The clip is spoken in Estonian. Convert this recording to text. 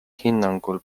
hinnangul